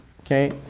okay